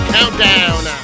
Countdown